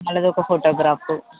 వాళ్ళది ఒక ఫోటోగ్రాఫ్